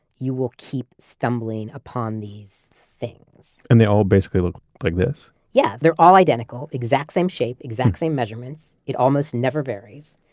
you will keep stumbling upon these things and they all basically look like this? yeah, they're all identical, exact same shape, exact same measurements. it almost never varies.